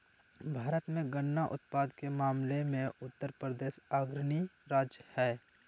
भारत मे गन्ना उत्पादन के मामले मे उत्तरप्रदेश अग्रणी राज्य हय